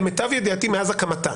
למיטב ידיעתי מאז הקמתה.